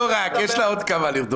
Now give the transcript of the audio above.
מה היא קשורה בכלל?